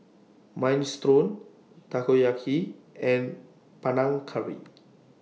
Minestrone Takoyaki and Panang Curry